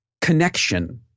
connection